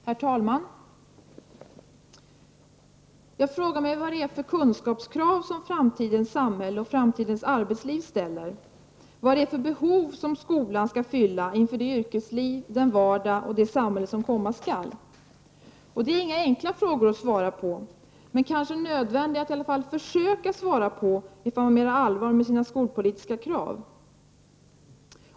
Herr talman! Jag frågar mig vad det är för kunskapskrav som framtidens samhälle och framtidens arbetsliv ställer. Vad är det för behov som skolan skall fylla inför det yrkesliv, den vardag och det samhälle som komma skall? Det är inga enkla frågor att svara på, men nödvändiga att i alla fall försöka svara på, ifall man menar allvar med sina skolpolitiska krav.